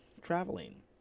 traveling